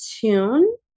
tune